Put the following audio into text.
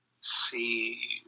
see